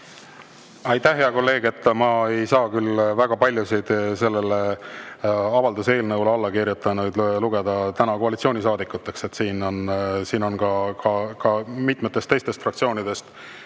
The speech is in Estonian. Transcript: Aitäh, hea kolleeg! Ma ei saa küll väga paljusid sellele avalduse-eelnõule alla kirjutanuid lugeda koalitsioonisaadikuteks. Siin on ka mitmetest teistest fraktsioonidest